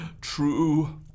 true